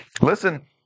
listen